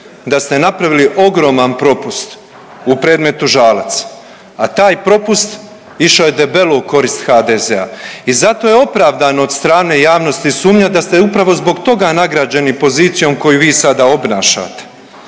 da ste napravili ogroman propust u predmetu Žalac, a taj propust išao je debelo u korist HDZ-a i zato je opravdano od strane javnosti sumnjat da ste upravo zbog toga nagrađeni pozicijom koju vi sada obnašate.